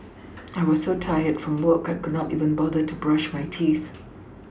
I was so tired from work I could not even bother to brush my teeth